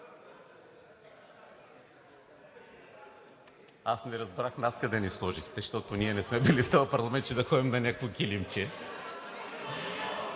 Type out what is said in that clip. Аз не разбрах нас къде ни сложихте, защото ние не сме били в този парламент, че да ходим на някакво килимче.